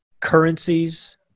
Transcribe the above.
currencies